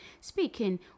Speaking